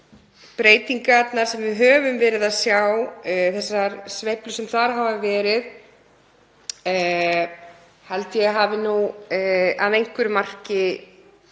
Breytingarnar sem við höfum verið að sjá og þessar sveiflur sem hafa verið held ég að hafi nú að einhverju marki